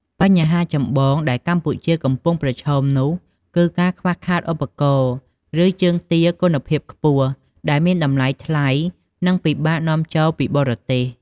បញ្ហាចម្បងដែលកម្ពុជាកំពុងប្រឈមនោះគឺការខ្វះខាតឧបករណ៍ ឬជើងទាគុណភាពខ្ពស់ ដែលមានតម្លៃថ្លៃ និងពិបាកនាំចូលពីបរទេស។